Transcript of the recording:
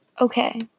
Okay